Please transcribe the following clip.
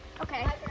Okay